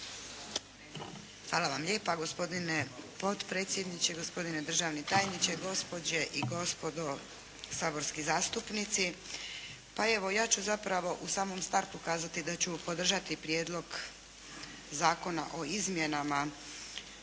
Hvala vam lijepa. Gospodine potpredsjedniče, gospodine državni tajniče, gospođe i gospodo saborski zastupnici. Pa evo, ja ću zapravo u samom startu kazati da ću podržati prijedlog zakona o izmjenama